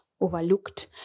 overlooked